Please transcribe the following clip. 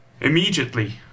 Immediately